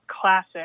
classic